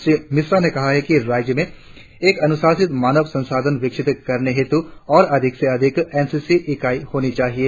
श्री मिश्रा ने कहा कि राज्य में एक अनुशासित मानव संसाधन विकसित करने हेतू और अधिक से अधिक एनसीसी इकाइयां होनी चाहिए